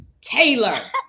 Taylor